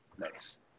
nice